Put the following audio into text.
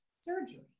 surgery